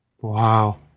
Wow